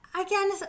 again